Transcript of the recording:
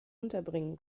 unterbringen